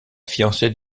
fiancée